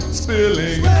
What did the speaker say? spilling